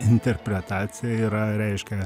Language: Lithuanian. interpretacija yra reiškia